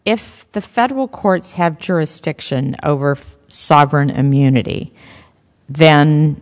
if the federal courts have jurisdiction over sovereign immunity th